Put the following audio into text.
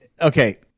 Okay